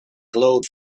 glowed